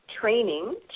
training